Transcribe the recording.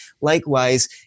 Likewise